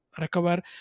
recover